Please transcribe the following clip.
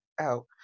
out